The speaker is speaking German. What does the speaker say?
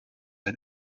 ein